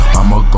I'ma